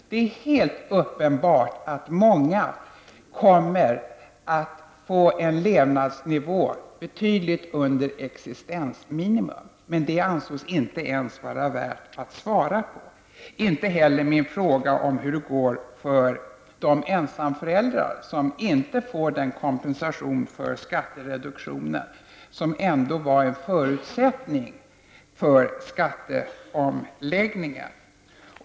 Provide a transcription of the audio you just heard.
Det är helt uppenbart att många kommer att få en levnadsnivå betydligt under existensminimum. Men den frågan ansågs inte ens vara värd att svara på, inte heller min fråga om hur det går för de ensamföräldrar som inte får den kompensation för skattereduktionen som ändå var en förutsättning för skatteomläggningen.